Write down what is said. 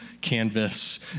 canvas